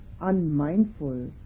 unmindful